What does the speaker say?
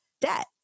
debt